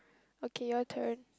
okay your turn